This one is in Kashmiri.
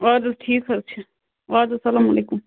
اَدٕ حظ ٹھیٖک حظ چھُ اَدٕ حظ السَلام علیکُم